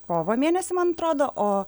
kovo mėnesį man atrodo o